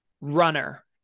runner